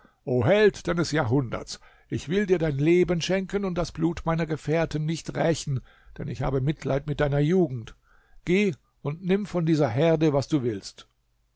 held deines jahrhunderts ich will dir dein leben schenken und das blut meiner gefährten nicht rächen denn ich habe mitleid mit deiner jugend geh und nimm von dieser herde was du willst